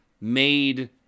made